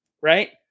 right